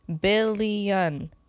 billion